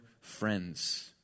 Friends